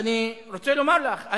אני רוצה לומר לך,